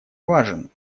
важен